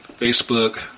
Facebook